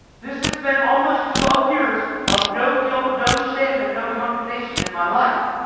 this has been almost twelve years of no guilt, no shame and no condemnation in my life.